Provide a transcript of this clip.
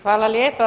Hvala lijepa.